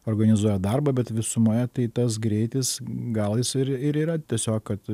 organizuoja darbą bet visumoje tai tas greitis gal jis ir ir yra tiesiog kad